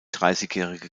dreißigjährige